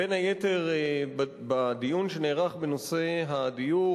בדיון שנערך בנושא הדיור,